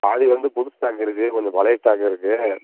பாதி வந்து புது ஸ்டாக் இருக்குது கொஞ்சோம் பழைய ஸ்டாக்கும் இருக்குது